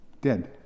dead